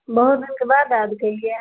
बहुत दिनके बाद याद केलियै हँ